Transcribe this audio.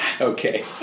Okay